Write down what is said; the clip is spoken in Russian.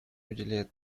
уделяет